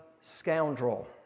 scoundrel